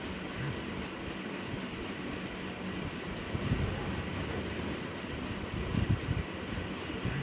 মাছ ধরার বা চাষ কোরার কিছু পদ্ধোতি ছিপ দিয়ে, জাল ফেলে